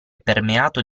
permeato